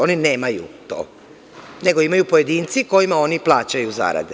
Oni nemaju to, nego imaju pojedinci kojima oni plaćaju zarade.